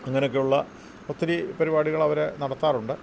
അങ്ങനെയൊക്കെയുള്ള ഒത്തിരി പരിപാടികൾ അവർ നടത്താറുണ്ട്